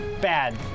bad